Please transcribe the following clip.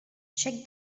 check